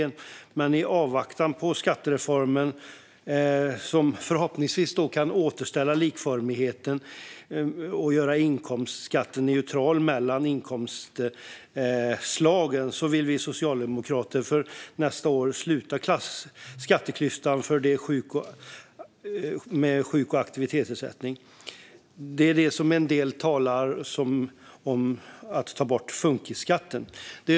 Men i avvaktan på skattereformen som förhoppningsvis kan återställa likformigheten och göra inkomstskatten neutral mellan inkomstslagen vill vi socialdemokrater för nästa år sluta skatteklyftan för dem med sjuk och aktivitetsersättning. En del talar om det som att ta bort funkisskatten.